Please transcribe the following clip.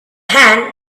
hand